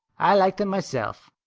i like them myself.